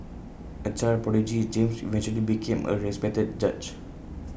A child prodigy James eventually became A respected judge